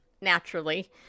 naturally